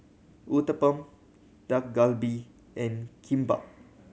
Uthapam Dak Galbi and Kimbap